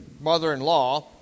mother-in-law